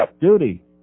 duty